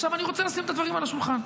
עכשיו אני רוצה לשים את הדברים על השולחן.